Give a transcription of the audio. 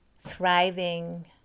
thriving